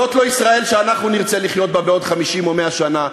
זאת לא ישראל שאנחנו נרצה לחיות בה בעוד 50 או 100 שנה.